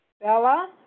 Bella